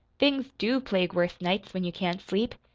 things do plague worse nights, when you can't sleep.